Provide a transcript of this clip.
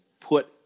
put